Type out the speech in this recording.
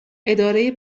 اداره